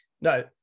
No